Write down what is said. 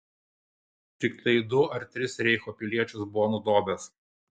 tiktai du ar tris reicho piliečius buvo nudobęs